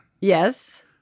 Yes